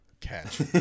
catch